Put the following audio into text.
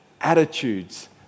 attitudes